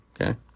Okay